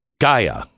gaia